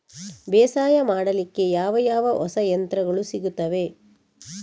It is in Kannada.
ಬೇಸಾಯ ಮಾಡಲಿಕ್ಕೆ ಯಾವ ಯಾವ ಹೊಸ ಯಂತ್ರಗಳು ಸಿಗುತ್ತವೆ?